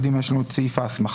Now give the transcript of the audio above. קדימה יש לנו את סעיף ההסמכה,